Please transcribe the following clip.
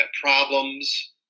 problems